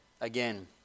again